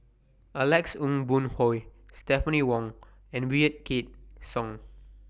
Alex Ong Boon Hau Stephanie Wong and Wykidd Song